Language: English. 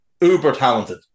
uber-talented